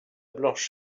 blanche